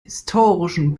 historischen